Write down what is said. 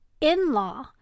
in-law